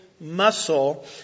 muscle